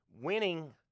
Winning